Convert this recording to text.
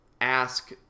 ask